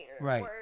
Right